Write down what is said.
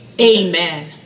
Amen